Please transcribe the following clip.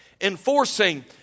Enforcing